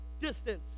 distance